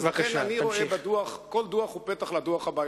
לכן, אני רואה בדוח, כל דוח הוא פתח לדוח הבא.